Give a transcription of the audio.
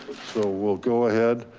so, well, go ahead.